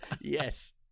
Yes